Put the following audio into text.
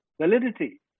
validity